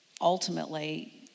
ultimately